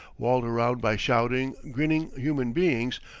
walled around by shouting, grinning human beings,